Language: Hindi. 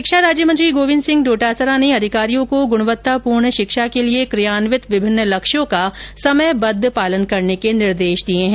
शिक्षा राज्य मंत्री गोविन्द सिंह डोटासरा ने अधिकारियों को गुणवत्तापूर्ण शिक्षा के लिए क्रियान्वित विभिन्न लक्ष्यों का समयबद्ध पालन करने के निर्देश दिए हैं